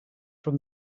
from